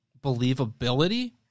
believability